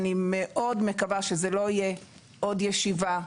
אני מאוד מקווה, שזאת לא תהיה עוד ישיבה,